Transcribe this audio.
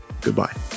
goodbye